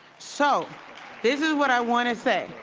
so this is what i want to say.